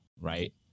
Right